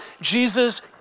Jesus